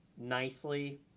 nicely